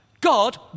God